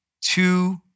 Two